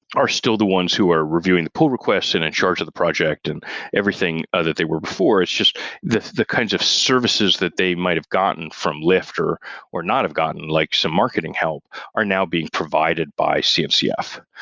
are still the ones who are reviewing the pool request and in charge of the project, and everything that they were before, it's just the the kinds of services that they might've gotten from lyft or or not have gotten like some marketing help are now being provided by cncf.